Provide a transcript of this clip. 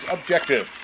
Objective